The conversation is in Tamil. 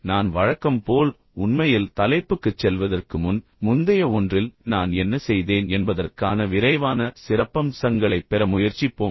இப்போது நான் வழக்கம் போல் உண்மையில் தலைப்புக்குச் செல்வதற்கு முன் முந்தைய ஒன்றில் நான் என்ன செய்தேன் என்பதற்கான விரைவான சிறப்பம்சங்களைப் பெற முயற்சிப்போம்